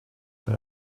but